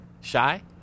Shy